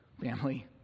family